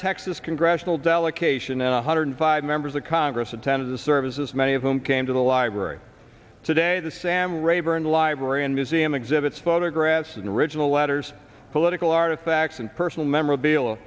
texas congressional delegation and one hundred five members of congress attended the services many of them came to the library today the sam rayburn library and museum exhibits photographs and original letters political artifacts and personal memorabilia